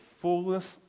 fullness